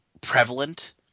prevalent